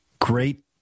great